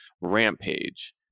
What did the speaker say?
Rampage